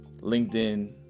LinkedIn